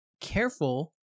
careful